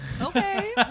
Okay